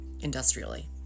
industrially